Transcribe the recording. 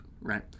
right